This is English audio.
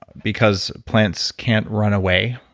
because plants can't run away,